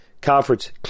conference